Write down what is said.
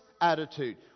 attitude